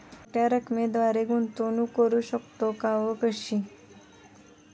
छोट्या रकमेद्वारे गुंतवणूक करू शकतो का व कशी?